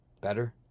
Better